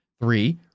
Three